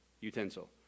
utensil